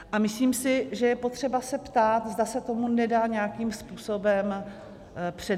A myslím si, že je potřeba se ptát, zda se tomu nedá nějakým způsobem předejít.